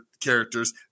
characters